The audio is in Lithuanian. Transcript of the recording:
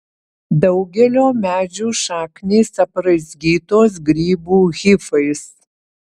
daugelio medžių šaknys apraizgytos grybų hifais